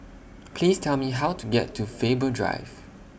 Please Tell Me How to get to Faber Drive